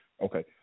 Okay